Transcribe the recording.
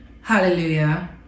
Hallelujah